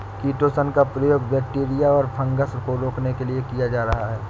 chitosan का प्रयोग bacteria और फँगस को रोकने के लिए किया जा रहा है